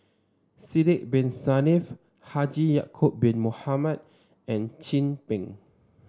Sidek Bin Saniff Haji Ya'acob Bin Mohamed and Chin Peng